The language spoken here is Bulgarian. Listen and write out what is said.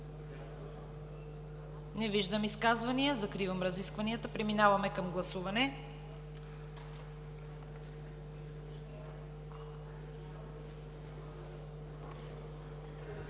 Не виждам изказвания. Закривам разискванията. Преминаваме към гласуване.